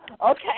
Okay